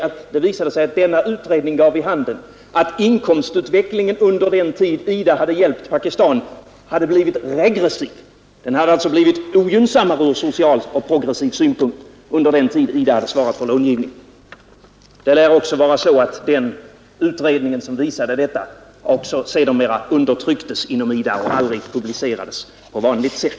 Utredningen gav vid handen att inkomstutvecklingen under den tid IDA hjälpt Pakistan hade blivit regressiv. Den hade blivit ogynnsammare ur social och progressiv synpunkt under den tid IDA hade svarat för långivningen. Den utredning som visade detta lär sedermera ha undertryckts inom IDA och aldrig publicerats på vanligt sätt.